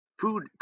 food